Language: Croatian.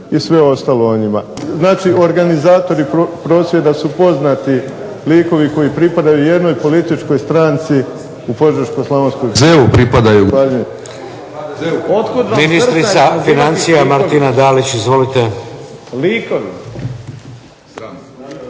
i sve ostalo o njima. Znači organizatori prosvjeda su poznati likovi koji pripadaju jednoj političkoj stranci u Požeško-slavonskoj